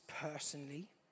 personally